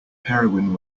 heroin